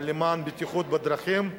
אבל למען בטיחות בדרכים,